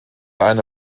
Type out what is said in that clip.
eine